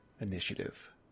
initiative